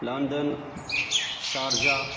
London Sharjah